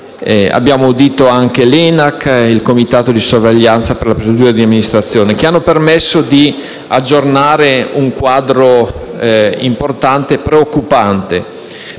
Abbiamo audito anche l'ENAC, e il comitato di sorveglianza nella procedura di amministrazione straordinaria, che hanno permesso di aggiornare un quadro importante e preoccupante.